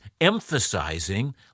emphasizing